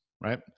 right